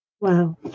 Wow